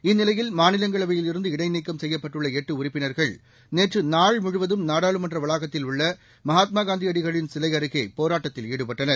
இந்நிலையில் மாநிலங்களவையிலிருந்து இடைநீக்கம் செய்யப்பட்டுள்ள எட்டு உறுப்பினர்கள் நேற்று நாள் முழுவதும் நாடாளுமன்ற வளாகத்தில் உள்ள மகாத்மா காந்தி அடிகளின் சிலை அருகே போராட்டத்தில் ஈடுபட்டனர்